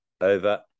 over